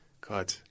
god